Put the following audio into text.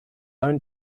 own